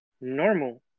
normal